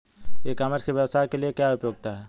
ई commerce की व्यवसाय के लिए क्या उपयोगिता है?